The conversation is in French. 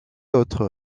autres